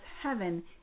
heaven